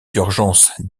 d’urgence